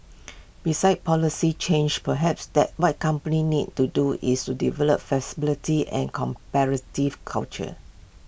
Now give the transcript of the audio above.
besides policy change perhaps that my companies need to do is to develop flexibility and comparative culture